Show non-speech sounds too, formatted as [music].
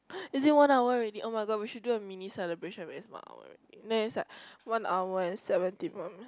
[breath] is it one hour already [oh]-my-god we should do a mini celebration when it is one hour already then it's like one hour and seventy [noise]